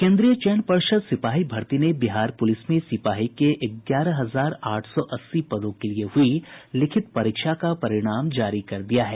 केन्द्रीय चयन पर्षद सिपाही भर्ती ने बिहार पूलिस में सिपाही के ग्यारह हजार आठ सौ अस्सी पदों के लिये हुई लिखित परीक्षा का परिणाम जारी कर दिया है